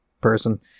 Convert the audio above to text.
person